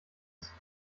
ist